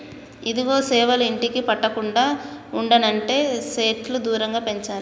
ఇదిగో సేవలు ఇంటికి పట్టకుండా ఉండనంటే సెట్లు దూరంగా పెంచాలి